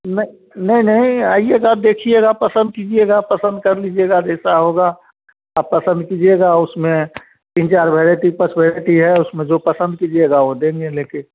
नहीं नहीं नहीं आइएगा आप देखिएगा पसंद कीजिएगा पसंद कर लीजिएगा जैसा होगा आप पसंद कीजिएगा उसमें तीन चार वेराइटी पाँच वेराइटी है उसमें जो पसंद कीजिएगा वो देंगे ले कर